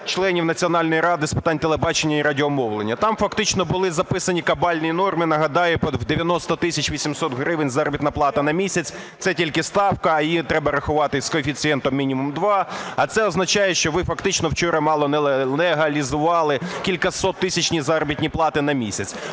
членів Національної ради з питань телебачення і радіомовлення. Там фактично були записані кабальні норми: нагадаю по 90 тисяч 800 гривень заробітна плата на місяць, це тільки ставка, а її треба рахувати з коефіцієнтом мінімум 2. А це означає, що ви фактично вчора мало не легалізували кількасоттисячні заробітні плати на місяць.